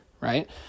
right